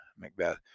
macbeth